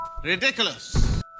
Ridiculous